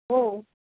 हो